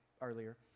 earlier